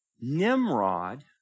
Nimrod